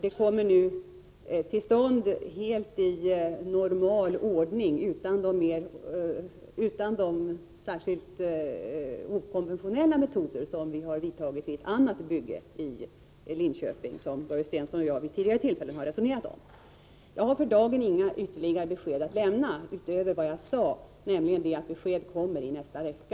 Det kommer nu till stånd i helt normal ordning utan de särskilt okonventionella åtgärder som vi har vidtagit vid ett annat bygge i Linköping och som Börje Stensson och jag vid ett tidigare tillfälle har resonerat om. Jag har för dagen inga ytterligare besked att lämna utöver vad jag sade i mitt svar, nämligen att besked kommer i nästa vecka.